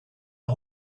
his